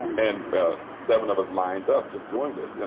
and seven of us lined up, just doing this, yeah